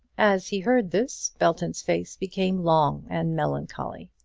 as he heard this, belton's face became long and melancholy.